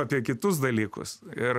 apie kitus dalykus ir